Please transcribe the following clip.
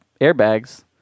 airbags